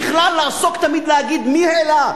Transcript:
בכלל, לעסוק תמיד ולהגיד: מי העלה?